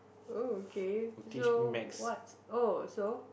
oh okay so what's oh so